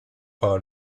par